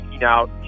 out